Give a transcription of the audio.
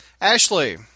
ashley